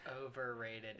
Overrated